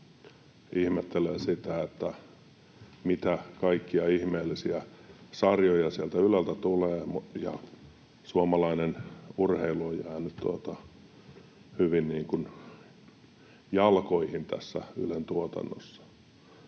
ihmettelen sitä, mitä kaikkia ihmeellisiä sarjoja sieltä Yleltä tulee ja miten suomalainen urheilu on jäänyt jalkoihin tässä Ylen tuotannossa.